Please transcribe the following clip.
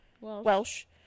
Welsh